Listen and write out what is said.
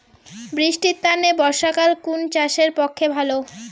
বৃষ্টির তানে বর্ষাকাল কুন চাষের পক্ষে ভালো?